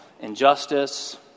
injustice